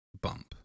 bump